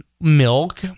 milk